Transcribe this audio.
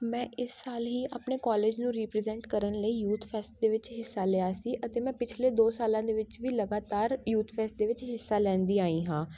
ਮੈਂ ਇਸ ਸਾਲ ਹੀ ਆਪਣੇ ਕੋਲਿਜ ਨੂੰ ਰੀਪ੍ਰਜੈਂਟ ਕਰਨ ਲਈ ਯੂਥ ਫੈਸਟ ਦੇ ਵਿੱਚ ਹਿੱਸਾ ਲਿਆ ਸੀ ਅਤੇ ਮੈਂ ਪਿਛਲੇ ਦੋ ਸਾਲਾਂ ਦੇ ਵਿੱਚ ਵੀ ਲਗਾਤਾਰ ਯੂਥ ਫੈਸਟ ਦੇ ਵਿੱਚ ਹਿੱਸਾ ਲੈਂਦੀ ਆਈ ਹਾਂ